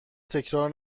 تکرار